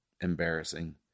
Embarrassing